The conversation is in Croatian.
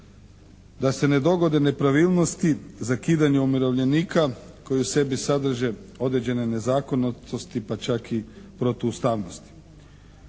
Da se ne dogode nepravilnosti zakidanje umirovljenika koji u sebi sadrže određene nezakonitosti pa čak i protuustavnosti.